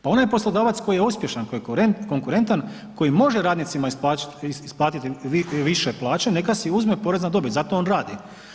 Pa onaj poslodavac koji je uspješan koji je konkurentan koji može radnicima isplatiti više plaće neka si uzme porez na dobit, zato on radi.